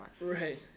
Right